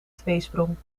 tweesprong